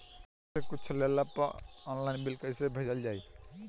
Hotel से कुच्छो लेला पर आनलाइन बिल कैसे भेजल जाइ?